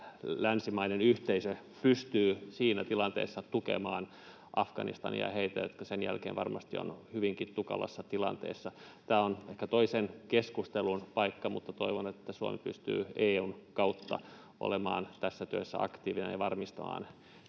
koko länsimainen yhteisö pystyy siinä tilanteessa tukemaan Afganistania ja heitä, jotka sen jälkeen varmasti ovat hyvinkin tukalassa tilanteessa? Tämä on ehkä toisen keskustelun paikka, mutta toivon, että Suomi pystyy EU:n kautta olemaan tässä työssä aktiivinen ja varmistamaan